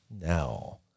Now